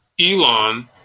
Elon